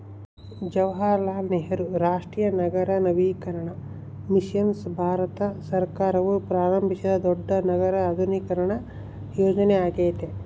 ಜವಾಹರಲಾಲ್ ನೆಹರು ರಾಷ್ಟ್ರೀಯ ನಗರ ನವೀಕರಣ ಮಿಷನ್ ಭಾರತ ಸರ್ಕಾರವು ಪ್ರಾರಂಭಿಸಿದ ದೊಡ್ಡ ನಗರ ಆಧುನೀಕರಣ ಯೋಜನೆಯ್ಯಾಗೆತೆ